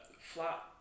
Flat